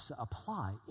apply